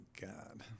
God